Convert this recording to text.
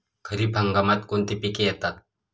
खरीप हंगामात कोणती पिके येतात?